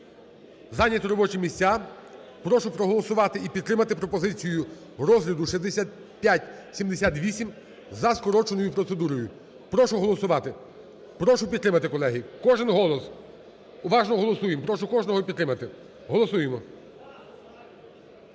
зайняти робочі місця, прошу проголосувати і підтримати пропозицію розгляду 6578 за скороченою процедурою. Прошу голосувати. Прошу підтримати, колеги. Кожен голос, уважно голосуємо. Прошу кожного підтримати. Голосуємо.